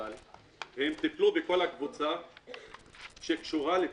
אדוני, טיפלו בכל הקבוצה שקשורה לצד"ל,